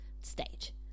stage